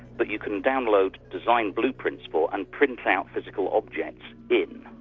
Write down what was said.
but you can download design blueprints for, and print out physical objects in.